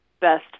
best